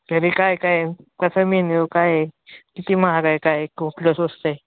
तरी काय काय कसं मेन्यू काय आहे किती महाग आहे काय कुठलं स्वस्त आहे